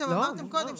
אתם אמרתם קודם,